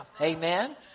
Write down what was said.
Amen